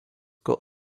got